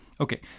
Okay